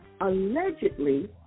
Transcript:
allegedly